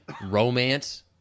Romance